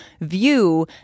view